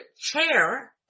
chair